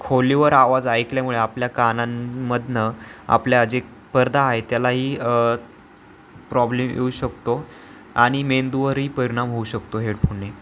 खोलीवर आवाज ऐकल्यामुळे आपल्या कानांमधून आपल्या जे पडदा आहे त्यालाही प्रॉब्लेम येऊ शकतो आणि मेंदूवरही परिणाम होऊ शकतो हेडफोनने